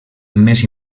més